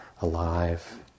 alive